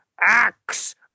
Axe